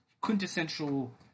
quintessential